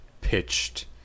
pitched